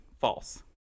false